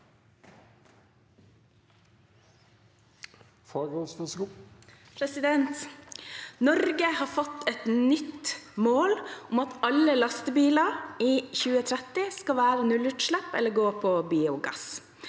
Norge har fått et nytt mål, alle lastebiler i 2030 skal ha nullutslipp eller gå på biogass.